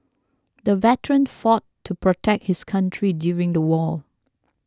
the veteran fought to protect his country during the war